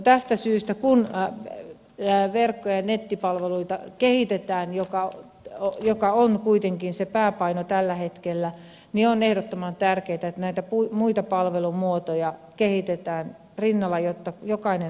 tästä syystä kun kehitetään verkko ja nettipalveluita jossa on kuitenkin se pääpaino tällä hetkellä on ehdottoman tärkeätä että näitä muita palvelumuotoja kehitetään rinnalla jotta jokainen asiakas palvelunsa saa